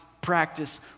practice